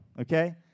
okay